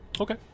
okay